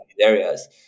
areas